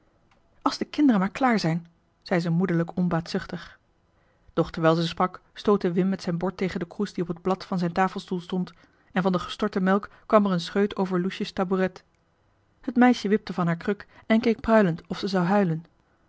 als de kinderen maar klaar zijn zei ze moederlijk onbaatzuchtig doch terwijl ze sprak stootte wim met zijn bord tegen de kroes die op het blad van zijn tafelstoel stond en van de gestorte melk kwam er een scheut over loesje's tabouret het meisje wipte van haar kruk en keek pruilend of ze zou huilen